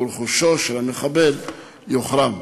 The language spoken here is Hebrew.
ורכושו של המחבל יוחרם.